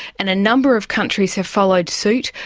and a number of countries have followed suit.